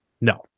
No